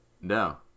No